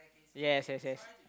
yes yes yes